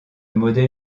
modèle